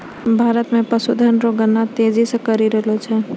भारत मे पशुधन रो गणना तेजी से करी रहलो जाय छै